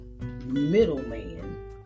middleman